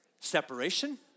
Separation